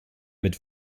mit